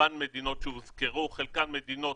רובן מדינות שהוזכרו, חלקן מדינות